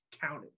counted